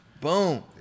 Boom